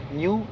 new